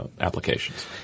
applications